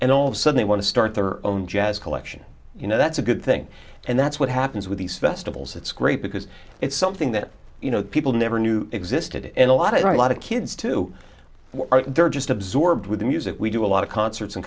and all of sudden you want to start their own jazz collection you know that's a good thing and that's what happens with these festivals it's great because it's something that you know people never knew existed and a lot of a lot of kids too they're just absorbed with the music we do a lot of concerts